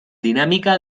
dinámica